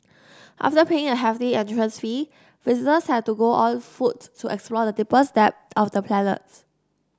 after paying a hefty entrance fee visitors had to go on foot to explore the deepest depths of the planets